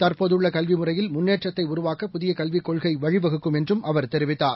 தற்போதுள்ள கல்விமுறையில் முன்னேற்றத்தை உருவாக்க புதிய கல்விக் கொள்கை வழிவகுக்கும் என்றும் அவர் தெரிவித்தார்